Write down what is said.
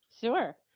Sure